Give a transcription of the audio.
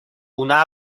una